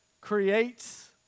creates